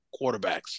quarterbacks